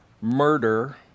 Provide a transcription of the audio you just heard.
murder